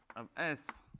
of s